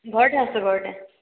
ঘৰতে আছোঁ ঘৰতে